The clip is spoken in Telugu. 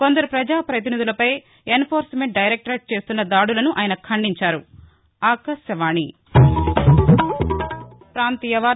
కొందరు ప్రజాపతినిధులపై ఎన్ ఫోర్స్ మెంట్ డైరెక్టరేట్ చేస్తున్న దాడులను ఆయన ఖండించారు